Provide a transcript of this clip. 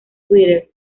twitter